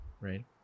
right